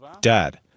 Dad